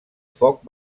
foc